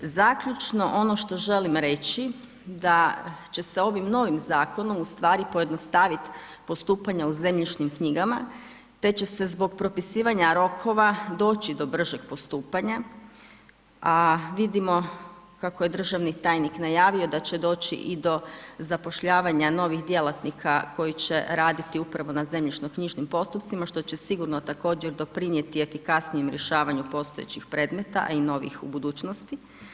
Zaključno ono što želim reći da će se ovim novim zakonom ustvari pojednostaviti postupanje u zemljišnim knjigama te će se zbog propisivanja rokova doći do bržeg postupanja a vidimo kako je državni tajnik najavio da će doći i do zapošljavanja novih djelatnika koji će raditi upravo na zemljišno-knjižnim postupcima što će sigurno također doprinijeti efikasnijem rješavanju postojećih predmeta a i novih u budućnosti.